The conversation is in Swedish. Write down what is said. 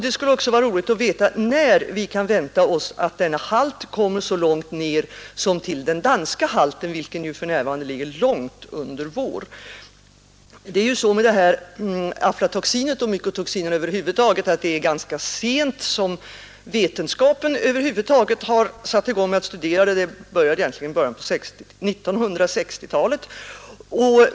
Det skulle också vara roligt att veta när vi kan vänta oss att denna halt kommer så långt ned som till den danska halten, vilken ju för närvarande ligger långt under vår. Det var ganska sent som vetenskapen över huvud taget satte i gång med att studera aflatoxin och mycotoxiner — det var egentligen i början på 1960-talet.